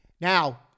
Now